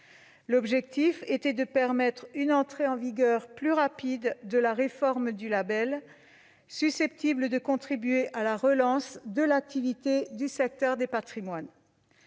L'objectif était de permettre une entrée en vigueur plus rapide de la réforme du label afin de contribuer à la relance de l'activité du secteur des patrimoines.